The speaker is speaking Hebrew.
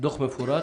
דוח מפורט,